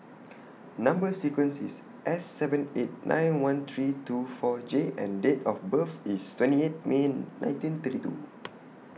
Number sequence IS S seven eight nine one three two four J and Date of birth IS twenty eight May nineteen thirty two